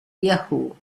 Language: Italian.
yahoo